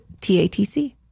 TATC